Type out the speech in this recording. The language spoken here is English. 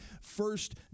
first